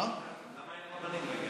למה אין, אין,